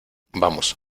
vamos